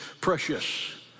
precious